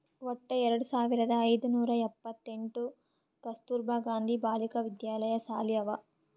ವಟ್ಟ ಎರಡು ಸಾವಿರದ ಐಯ್ದ ನೂರಾ ಎಪ್ಪತ್ತೆಂಟ್ ಕಸ್ತೂರ್ಬಾ ಗಾಂಧಿ ಬಾಲಿಕಾ ವಿದ್ಯಾಲಯ ಸಾಲಿ ಅವಾ